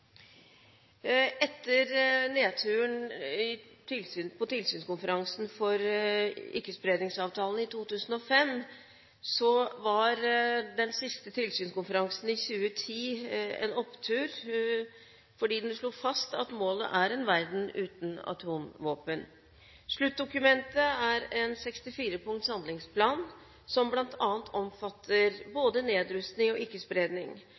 Etter nedturen på tilsynskonferansen for Ikke-spredningsavtalen i 2005 var den siste tilsynskonferansen i 2010 en opptur fordi den slo fast at målet er en verden uten atomvåpen. Sluttdokumentet er en 64 punkts handlingsplan, som bl.a. omfatter både nedrustning og